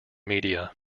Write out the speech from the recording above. media